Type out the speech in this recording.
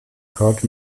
curt